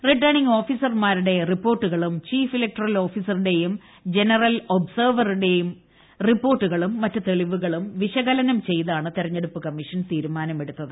returning ഓഫീസർമാരുടെ റിപ്പോർട്ടുകളും chief electoral ഓഫീസറുടെയും ജനറൽ ഒബ്സർവറുടെയും റിപ്പോർട്ടു കളും മറ്റു തെളിവുകളും വിശകലനം ചെയ്താണ് തിരഞ്ഞെടുപ്പ് കമ്മീഷൻ തീരുമാനമെടുത്തത്